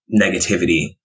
negativity